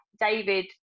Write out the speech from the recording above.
David